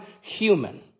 human